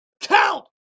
count